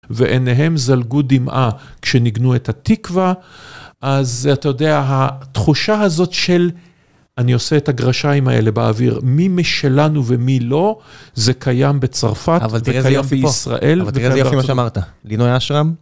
ועיניהם זלגו דמעה כשניגנו את התקווה, אז אתה יודע, התחושה הזאת של, אני עושה את הגרשיים האלה באוויר, מי משלנו ומי לא, זה קיים בצרפת, וקיים בישראל. אבל תראה איזה יופי, אבל תראה איזה יופי מה שאמרת, לינוי אשרם.